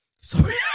sorry